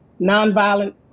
nonviolent